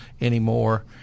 anymore